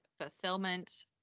fulfillment